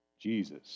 jesus